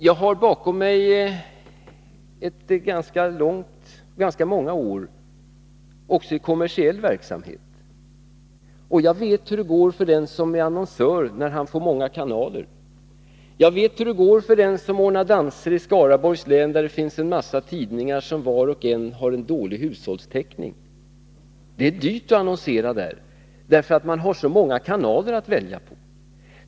Jag har bakom mig ganska många år också inom kommersiell verksamhet. Jag vet därför hur det går för en annonsör när det finns många kanaler. Jag vet också hur det går för den som ordnar danser i Skaraborgs län, där det finns en mängd tidningar som var och en har dålig hushållstäckning. Det är dyrt att annonsera där, därför att man har så många kanaler att välja bland.